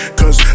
cause